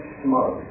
smug